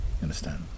Understand